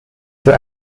zur